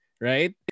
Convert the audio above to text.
right